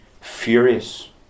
furious